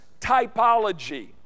typology